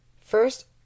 first